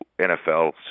NFL